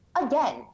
Again